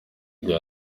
igihe